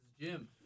Jim